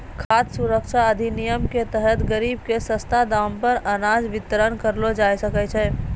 खाद सुरक्षा अधिनियम रो तहत गरीब के सस्ता दाम मे अनाज बितरण करलो जाय छै